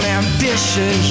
ambition